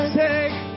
take